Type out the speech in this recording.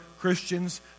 Christians